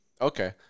Okay